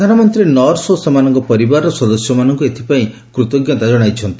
ପ୍ରଧାନମନ୍ତ୍ରୀ ନର୍ସ ଓ ସେମାନଙ୍କର ପରିବାରର ସଦସ୍ୟମାନଙ୍କୁ ଏଥିପାଇଁ କୃତ୍କତା ଜଣାଇଛନ୍ତି